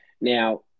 Now